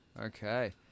Okay